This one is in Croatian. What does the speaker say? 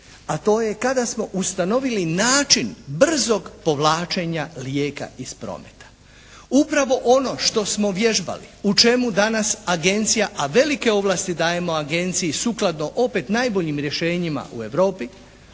a to je kada smo ustanovili način brzog povlačenja lijeka iz prometa. Upravo ono što smo vježbali, u čemu danas agencija, a velike ovlasti dajemo agenciji sukladno opet najboljim rješenjima u Europi,